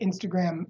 Instagram